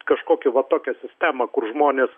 kažkokį va tokią sistemą kur žmonės